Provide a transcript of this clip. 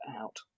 out